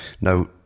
Now